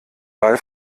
ball